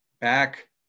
back